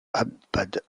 abad